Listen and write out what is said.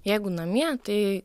jeigu namie tai